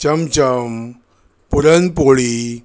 chamcham puran poli